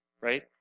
Right